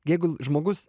jeigu žmogus